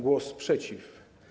Głos przeciw.